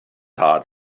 heart